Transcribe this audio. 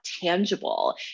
tangible